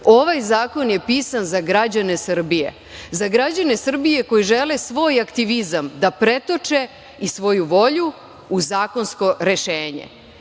ovaj zakon je pisan za građane Srbije, za građane Srbije koji žele svoj aktivizam da pretoče i svoju volju u zakonsko rešenje.